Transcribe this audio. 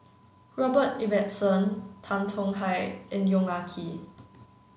Robert Ibbetson Tan Tong Hye and Yong Ah Kee